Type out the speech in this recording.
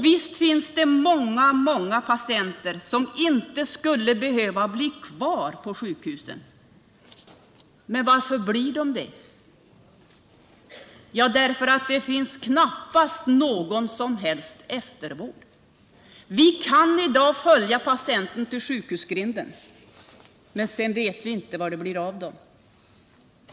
Visst finns det många patienter som inte skulle behöva bli kvar på sjukhusen. Men varför blir de kvar? Jo, det finns knappast någon som helst eftervård. Vi kan i dag följa patienterna till sjukhusgrinden, men därefter vet vi inte vad som blir av dem.